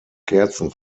kerzen